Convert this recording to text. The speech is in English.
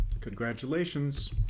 Congratulations